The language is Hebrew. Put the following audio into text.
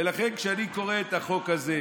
ולכן, כשאני קורא את החוק הזה,